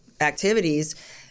activities